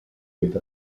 with